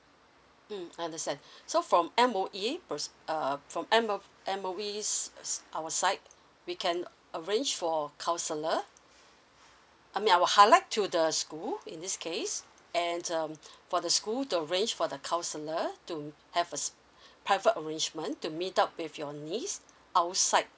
mm understand so from M_O_E per~ uh from M_O~ M_O_Es our side we can arrange for counsellor I mean I will highlight to the school in this case and um for the school to arrange for the counsellor to have a private arrangement to meet up with your niece outside